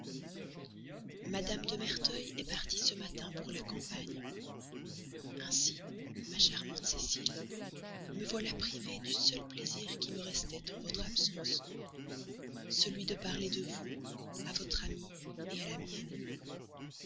mme de merteuil est partie ce matin pour la campagne ainsi ma charmante cécile me voilà privé du seul plaisir qui me restait en votre absence celui de parler de vous à votre amie à la mienne